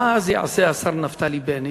מה אז יעשה השר נפתלי בנט?